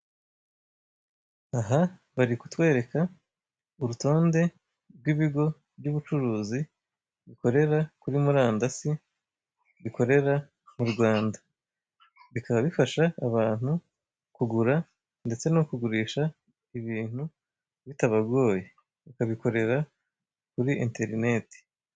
Aha, bari kutwereka urutonde rw'ibigo by'ubucuruzi bikorera kuri murandasi, bikorera mu Rwanda; bikaba bifasha abantu kugura ndetse no kugurisha ibintu bitabagoye, bakabikorera kuri enterinete.